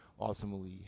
ultimately